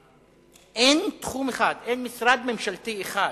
אין תחום אחד, אין משרד ממשלתי אחד.